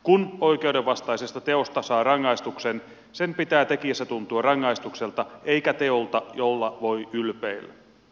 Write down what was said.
kun oikeudenvastaisesta teosta saa rangaistuksen sen pitää tekijässä tuntua rangaistukselta eikä teolta jolla voi ylpeillä